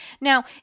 Now